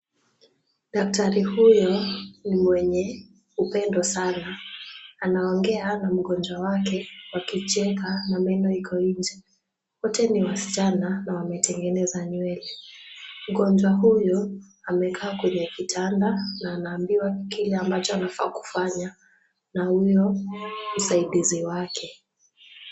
Daktari huyu ni mwenye upendo sana, anaongea na mgonjwa wake wa kucheka na maneno iko inje, yote ni wasichana na wametengeneza nywele' mgonjwa huyo amekaa kwenye kitanda na anaambiwa kile ambacho anafaa kufanya, na huyo husaidizi wake.